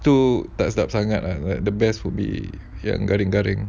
tu tak sedap sangat ah the best would be yang garing-garing